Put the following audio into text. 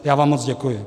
Já vám moc děkuji.